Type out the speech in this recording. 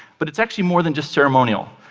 but it's actually more than just ceremonial.